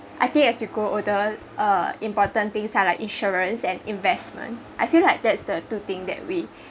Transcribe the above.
I think as you grow older uh important things are like insurance and investment I feel like that's the two things that we